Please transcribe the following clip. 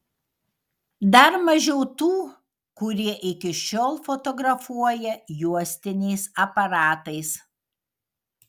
dar mažiau tų kurie iki šiol fotografuoja juostiniais aparatais